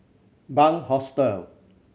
Bunc Hostel